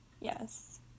yes